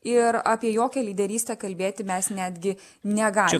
ir apie jokią lyderystę kalbėti mes netgi negali